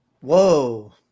Whoa